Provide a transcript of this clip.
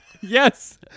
Yes